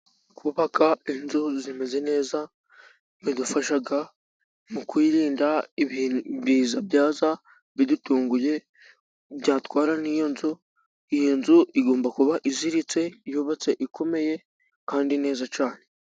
Kubaka inzu zimeze neza bidufasha mu kwirinda ibiza byaza bidutunguye ,byatwara n'iyo nzu. Iyo nzu igomba kuba iziritse ,yubatse ikomeye, kandi neza cyane.